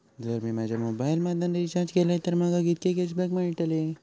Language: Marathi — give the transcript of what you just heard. जर मी माझ्या मोबाईल मधन रिचार्ज केलय तर माका कितके कॅशबॅक मेळतले?